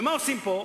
ומה עושים פה?